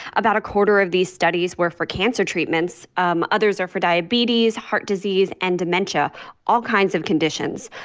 about a quarter of these studies were for cancer treatments. um others are for diabetes, heart, disease and dementia all kinds of conditions.